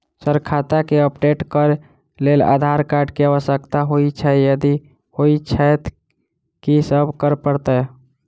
Sir खाता केँ update करऽ लेल आधार कार्ड केँ आवश्यकता होइ छैय यदि होइ छैथ की सब करैपरतैय?